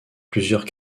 plusieurs